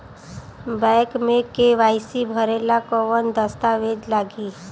Bank मे KYC भरेला कवन दस्ता वेज लागी?